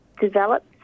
developed